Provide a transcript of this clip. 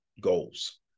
goals